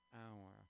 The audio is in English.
hour